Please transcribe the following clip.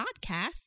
Podcast